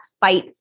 fight